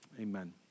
amen